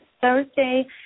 Thursday